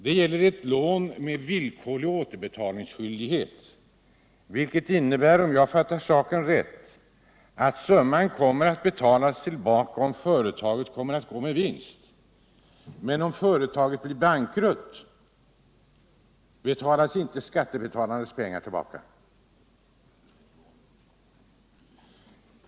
Det gäller ett lån med villkorlig återbetalningsskyldighet, vilket — om jag fattat saken rätt — innebär att summan kommer att betalas tillbaka om företaget går med vinst. Om företaget blir bankrutt, betalas skattebetalarnas pengar inte tillbaka.